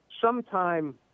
Sometime